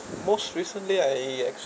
most recently I actu~